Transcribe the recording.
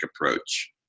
approach